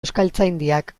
euskaltzaindiak